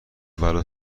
بلوط